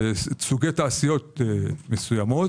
סוגי תעשיות מסוימות.